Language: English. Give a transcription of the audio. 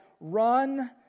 Run